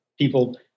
people